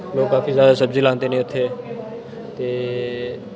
लोक काफी ज्यादे सब्जी लांदे न उत्थे ते